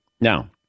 Now